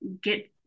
get